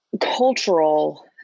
cultural